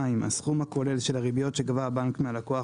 הסכום הכולל של הריביות שגבה הבנק מהלקוח